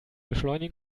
beschleunigen